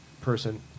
person